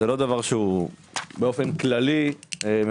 זה לא דבר שהוא באופן כללי מחבב.